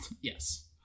yes